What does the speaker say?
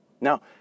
Now